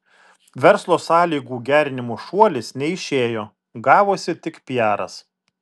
verslo sąlygų gerinimo šuolis neišėjo gavosi tik piaras